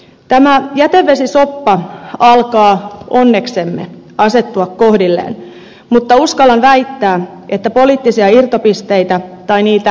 tämä jätevesisoppa alkaa onneksemme asettua kohdilleen mutta uskallan väittää että poliittisia irtopisteitä tai niitä ed